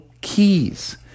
keys